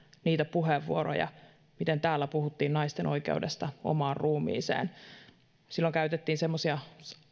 niitä puheenvuoroja miten täällä puhuttiin naisten oikeudesta omaan ruumiiseen silloin käytettiin semmoisia